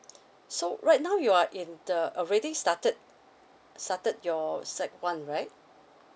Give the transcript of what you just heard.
so right now you are in the already started started your sec one right